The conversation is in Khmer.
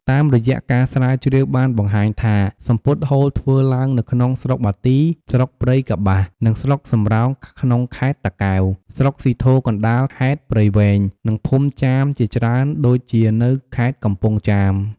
តាមរយៈការស្រាវជ្រាវបានបង្ហាញថាសំពត់ហូលធ្វើឡើងនៅក្នុង ស្រុកបាទី ស្រុកព្រៃកប្បាស និងស្រុកសំរោង ក្នុងខេត្តតាកែវ ស្រុកស៊ីធរកណ្តាល ខេត្តព្រៃវែង និង ភូមិចាមជាច្រើនដូចជានៅខេត្តកំពង់ចាម។